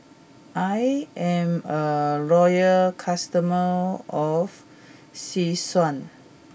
I am a loyal customer of Selsun